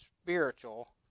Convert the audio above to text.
Spiritual